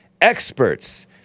Experts